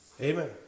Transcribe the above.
Amen